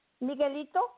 Miguelito